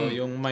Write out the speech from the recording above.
yung